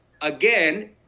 again